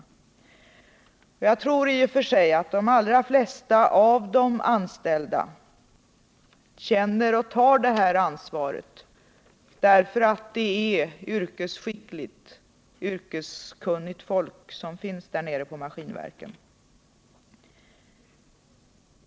Jag tror i och för sig att de allra flesta av de anställda känner och tar det här ansvaret, därför att det är yrkesskickligt, yrkeskunnigt folk som finns nere på Maskinverken.